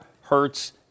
hurts